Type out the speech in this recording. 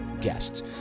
guests